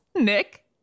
Nick